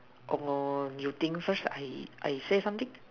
oh you think first I I say something